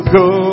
go